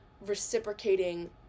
Reciprocating